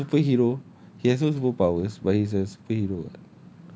batman is not a superhero he has no superpower but he's a superhero [what]